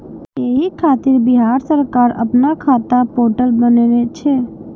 एहि खातिर बिहार सरकार अपना खाता पोर्टल बनेने छै